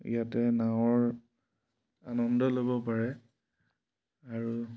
ইয়াতে নাৱৰ আনন্দ ল'ব পাৰে আৰু